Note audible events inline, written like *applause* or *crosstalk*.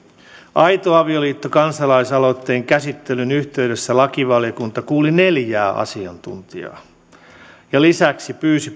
aito avioliitto kansalaisaloitteen käsittelyn yhteydessä lakivaliokunta kuuli neljää asiantuntijaa ja lisäksi pyysi *unintelligible*